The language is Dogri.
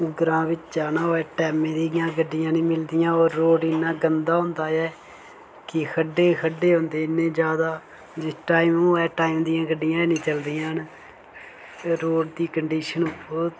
ग्रांऽ बिच्च जाना होऐ टैम्मै दियां गड्डियां नीं मिलदियां होर रोड इन्ना गंदा होंदा ऐ कि खड्ढे खड्ढे हुंदे इन्ने ज्यादा जिस टाईम होऐ टाईम दियां गडिडयां अन्नी चलदियां हैन ते रोड दी कंडीशन बहोत